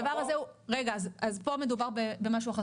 אז פה מדובר במשהו אחר,